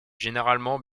généralement